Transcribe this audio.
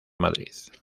madrid